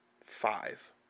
five